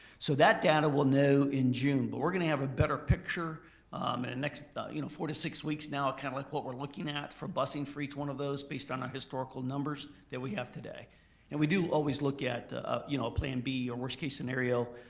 so that data we'll know in june. but we're gonna have a better picture in the and next you know four to six weeks now kind of like what we're looking at for busing for each one of those based on our historical numbers that we have today and we do always look at a you know plan b or worst case scenario.